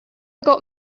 got